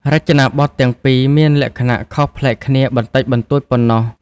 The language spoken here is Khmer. រចនាបថទាំងពីរនេះមានលក្ខណៈខុសប្លែកគ្នាបន្តិចបន្តួចប៉ុណ្ណោះ។